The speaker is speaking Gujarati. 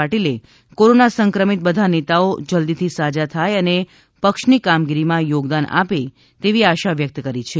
પાટિલે કોરોના સંક્રમિત બધા નેતાઓ જલ્દીથી સાજા થાય અને પક્ષની કામગીરીમાં યોગદાન આપે તેવી આશા વ્યકત કરી છે